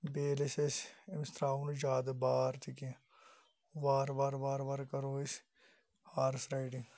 بیٚیہِ ییٚلہِ أسۍ أسۍ أمِس ترٛاوو نہٕ زیادٕ بار تہِ کینٛہہ وارٕ وارٕ وارٕ وارٕ کَرَو أسۍ ہارٕس رایڈِنٛگ